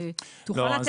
כן,